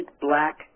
black